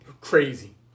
Crazy